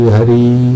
Hari